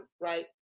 right